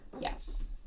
Yes